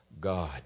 God